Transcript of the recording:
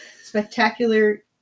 spectacular